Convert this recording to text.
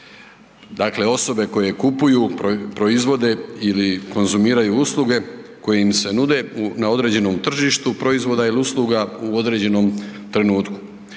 Dakle, osobe koje kupuju, proizvode ili konzumiraju usluge koje im se nude na određenom tržištu proizvoda ili usluga u određenom trenutku.